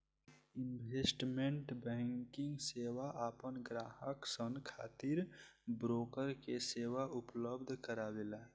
investment banking सेवा आपन ग्राहक सन खातिर ब्रोकर के सेवा उपलब्ध करावेला